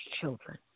children